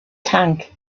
tank